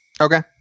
Okay